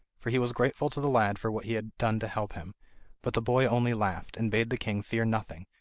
for he was grateful to the lad for what he had done to help him but the boy only laughed, and bade the king fear nothing,